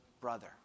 brother